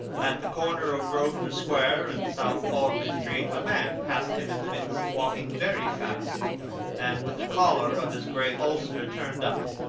at the corner of grosvenor square and south audley street, a man passed him in the mist, walking very fast and with the collar of his grey ulster turned up.